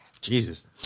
Jesus